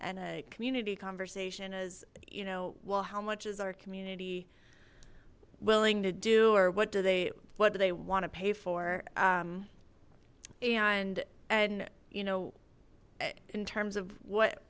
and a community conversation as you know well how much is our community willing to do or what do they what do they want to pay for and and you know in terms of what